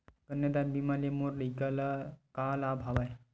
कन्यादान बीमा ले मोर लइका ल का लाभ हवय?